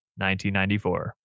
1994